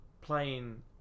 playing